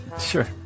Sure